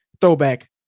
throwback